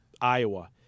Iowa